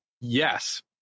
Yes